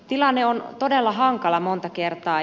tilanne on todella hankala monta kertaa